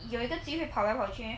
有一个机会跑来跑去 meh